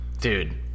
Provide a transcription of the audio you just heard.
Dude